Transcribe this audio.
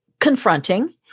confronting